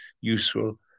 useful